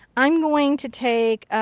i'm going to take,